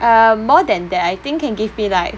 uh more than that I think can give me like